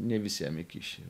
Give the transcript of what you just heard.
ne visiem įkiši